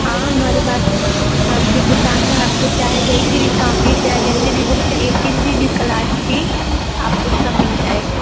हाँ हमारे पास काँपी किताब की दुकान है आपको चाहे जैसी भी काँपी है चाहे जैसी भी बुक चाहिए किसी भी कलास की आपको सब मिल जाएगा